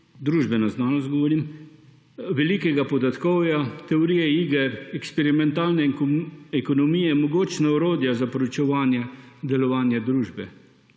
družbena znanost govorim – velikega podatkovja, teorije iger, eksperimentalne ekonomije, mogočna orodja za proučevanje delovanja družbe.